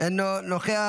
אינו נוכח.